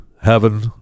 heaven